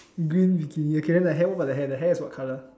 green bikini okay what about the hair the hair is what color